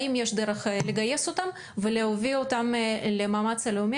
האם יש דרך לגייס אותם ולהביא אותם למאמץ הלאומי.